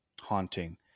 haunting